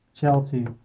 Chelsea